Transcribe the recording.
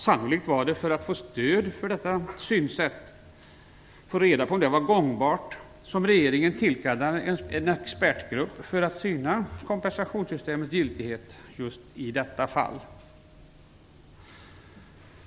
Sannolikt var det för att få stöd för att detta synsätt var gångbart som regeringen tillkallade en expertgrupp för att syna kompensationssystemets giltighet i just detta fall.